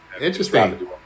interesting